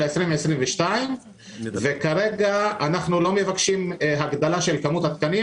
ה-2022 וכרגע אנחנו לא מבקשים הגדלה של כמות התקנים,